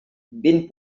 vint